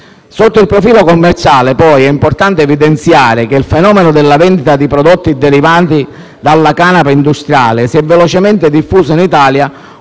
Sotto il profilo commerciale è importante evidenziare che il fenomeno della vendita di prodotti derivanti dalla canapa industriale si è velocemente diffuso in Italia,